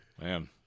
man